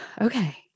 okay